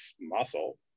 muscle